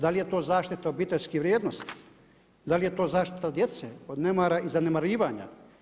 Da li je to zaštita obiteljskih vrijednosti, da li je to zaštita djece od nemara i zanemarivanja?